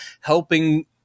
helping